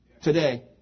today